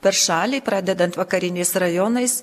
per šalį pradedant vakariniais rajonais